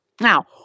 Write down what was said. Now